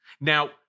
Now